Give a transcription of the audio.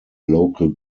local